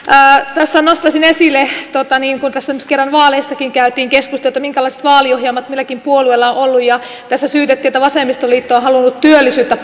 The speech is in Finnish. tässä nostaisin esille kun tässä nyt kerran vaaleistakin käytiin keskustelua että minkälaiset vaaliohjelmat milläkin puolueella on ollut ja kun tässä syytettiin että vasemmistoliitto on halunnut työllisyyttä